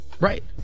Right